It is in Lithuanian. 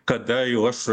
kada jau aš